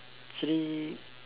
chili